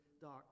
dark